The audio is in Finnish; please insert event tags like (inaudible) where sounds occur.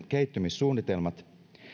(unintelligible) kehittymissuunnitelmat